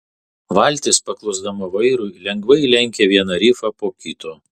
valtis paklusdama vairui lengvai lenkė vieną rifą po kito